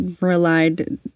relied